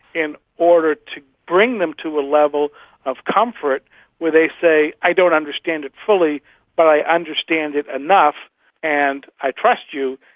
in order to bring them to a level of comfort where they say, i don't understand it fully but i understand it enough and i trust you,